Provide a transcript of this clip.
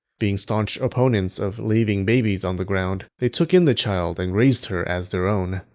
being staunch opponents of leaving babies on the ground, they took in the child and raised her as their own.